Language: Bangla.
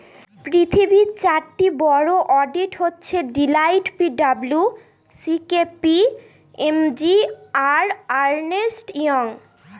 পৃথিবীর চারটি বড়ো অডিট হচ্ছে Deloitte P W C K P M G আর আর্নেস্ট ইয়ং